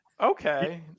Okay